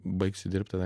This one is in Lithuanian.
baigsiu dirbt tada